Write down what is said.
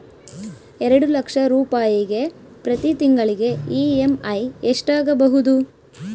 ಎರಡು ಲಕ್ಷ ರೂಪಾಯಿಗೆ ಪ್ರತಿ ತಿಂಗಳಿಗೆ ಇ.ಎಮ್.ಐ ಎಷ್ಟಾಗಬಹುದು?